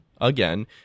again